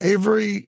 Avery